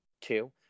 two